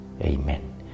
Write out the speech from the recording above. Amen